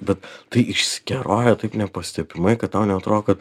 bet tai išsikeroja taip nepastebimai kad tau neatro kad